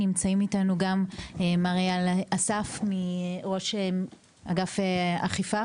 נמצאים איתנו גם איל אסף מאגף אכיפה